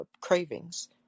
cravings